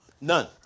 None